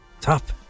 top